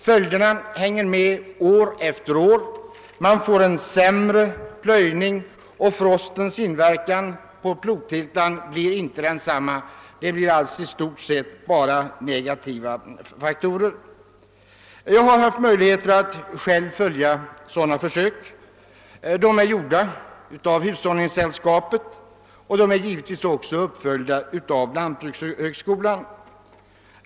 Man får för varje år en allt sämre plöjning och frostens inverkan på jordytan blir inte densamma. Det blir alltså i stort sett negativa verkningar. Jag har haft möjligheter att själv följa sådana försök. De är gjorda av hushållningssällskapet och givetvis också uppföljda av lantbrukshögskolan.